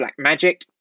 Blackmagic